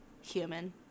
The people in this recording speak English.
human